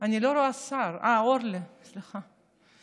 אני לא רואה שר, אורלי, סליחה.